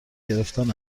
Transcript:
گرفتن